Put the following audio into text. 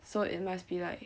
so it must be like